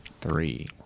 three